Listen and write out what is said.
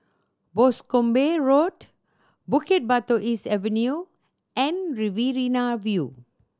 Boscombe Road Bukit Batok East Avenue and Riverina View